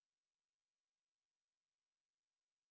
Harry-Potter